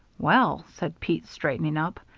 well, said pete, straightening up,